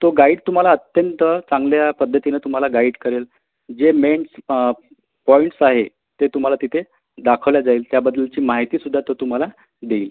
तो गाईड तुम्हाला अत्यंत चांगल्या पद्धतीनं तुम्हाला गाईट करेल जे मेन्स पॉईंट्स आहे ते तुम्हाला तिथे दाखवल्या जाईल त्याबद्दलची माहितीसुद्धा तो तुम्हाला देईल